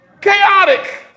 Chaotic